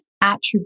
attribute